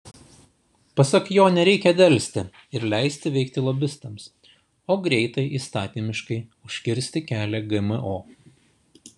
pasak jo nereikia delsti ir leisti veikti lobistams o greitai įstatymiškai užkirsti kelią gmo